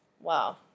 Wow